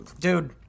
Dude